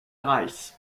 rice